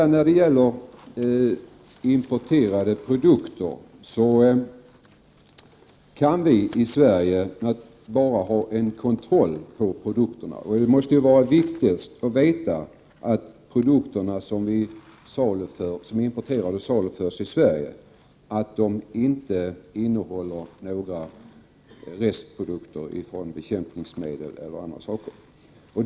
När det gäller importerade produkter kan vi i Sverige bara ha en kontroll av produkterna. Det måste ju vara viktigast att veta att de produkter som är importerade och saluförs i Sverige inte innehåller några restprodukter från bekämpningsmedel eller annat.